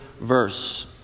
verse